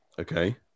Okay